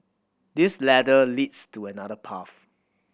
this ladder leads to another path